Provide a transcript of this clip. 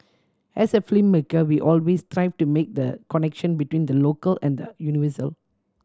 as a filmmaker we always strive to make the connection between the local and the universal